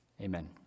Amen